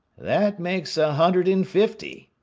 that makes a hundred and fifty,